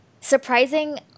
surprising